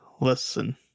Listen